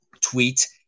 tweet